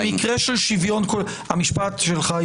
המשפט שלך,